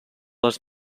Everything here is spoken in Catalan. les